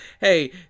Hey